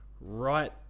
right